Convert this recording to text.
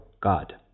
God